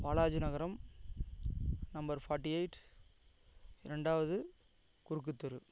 வாலாஜி நகரம் number forty eight இரண்டாவது குறுக்குத்தெரு